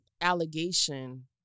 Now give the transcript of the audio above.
allegation